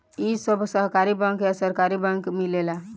इ सब सहकारी बैंक आ सरकारी बैंक मिलेला